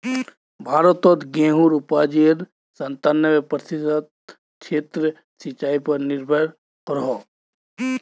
भारतोत गेहुंर उपाजेर संतानबे प्रतिशत क्षेत्र सिंचाई पर निर्भर करोह